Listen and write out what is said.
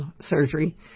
surgery